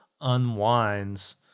unwinds